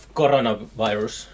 coronavirus